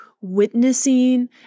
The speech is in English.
witnessing